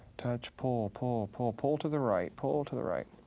touch. pull, pull, pull pull to the right, pull to the right.